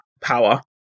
power